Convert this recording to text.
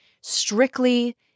strictly